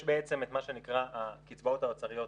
יש בעצם את מה שנקרא הקצבאות האוצריות,